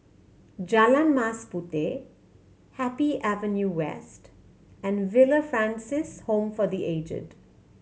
Jalan Mas Puteh Happy Avenue West and Villa Francis Home for The Aged